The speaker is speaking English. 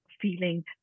feeling